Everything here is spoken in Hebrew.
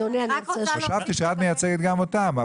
חשבתי שאת מייצגת גם אותם,